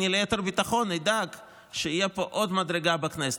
ליתר ביטחון אני אדאג שתהיה פה עוד מדרגה בכנסת.